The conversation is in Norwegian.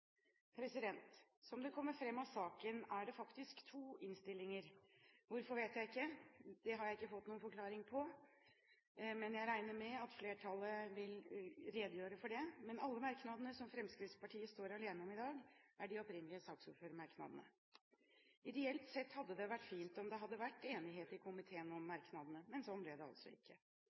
Som det kommer fram av saken, er det faktisk to innstillinger. Hvorfor vet jeg ikke, det har jeg ikke fått noen forklaring på, men jeg regner med at flertallet vil redegjøre for det. Alle merknadene som Fremskrittspartiet står alene om i dag, er de opprinnelige saksordførermerknadene. Ideelt sett hadde det vært fint om det hadde vært enighet i komiteen om merknadene, men sånn ble det altså ikke.